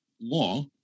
law